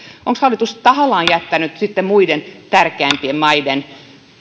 onko hallitus tahallaan jättäytynyt muiden tärkeämpien maiden